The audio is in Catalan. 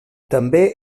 també